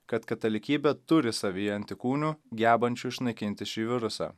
kad katalikybė turi savyje antikūnių gebančių išnaikinti šį virusą